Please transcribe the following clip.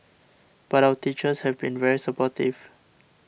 but our teachers have been very supportive